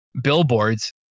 billboards